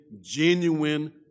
genuine